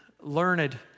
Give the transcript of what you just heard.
learned